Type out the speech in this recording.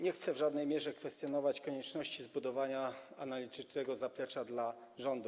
Nie chcę w żadnej mierze kwestionować konieczności zbudowania analitycznego zaplecza dla rządu.